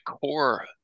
core